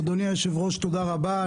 ווליד טאהא (רע"מ,